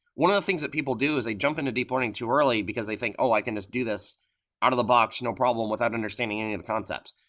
one of the things that people do is they jump into deep learning too early, because they think, i can just do this out of the box, no problem, without understanding any of the concepts.